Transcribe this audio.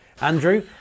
Andrew